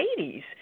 80s